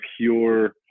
pure